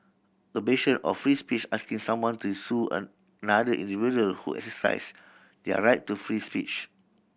a bastion of free speech asking someone to sue another individual who exercise their right to free speech